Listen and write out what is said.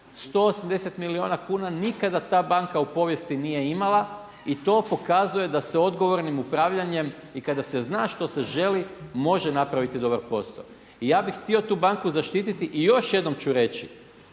180 milijuna kuna, nikada ta banka u povijesti nije imala i to pokazuje da se odgovornim upravljanjem i kada se zna što se želi može napraviti dobar posao. I ja bih htio tu banku zaštititi i još jednom ću reći